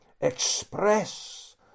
express